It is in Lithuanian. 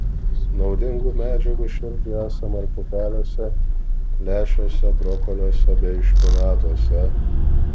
naudingų medžiagų širdžiai esama ir pupelėse lęšiuose brokoliuose bei špinatuose